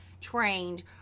trained